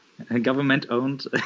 government-owned